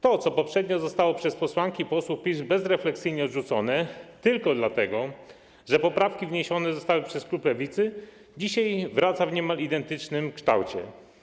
To, co poprzednio zostało przez posłanki i posłów PiS bezrefleksyjnie odrzucone tylko dlatego, że poprawki wniesione zostały przez klub Lewicy, dzisiaj wraca w niemal identycznym kształcie.